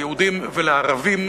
ליהודים ולערבים,